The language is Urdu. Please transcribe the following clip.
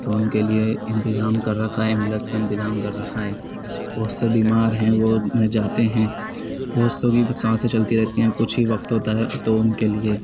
تو ان کے لیے انتظام کر رکھا ہے ایمبولینس کا انتظام کر رکھا ہے بہت سے بیمار ہیں وہ نہ چاہتے ہیں بہت سو کی تو سانسیں چلتی رہتی ہیں کچھ ہی وقت ہوتا ہے تو ان کے لیے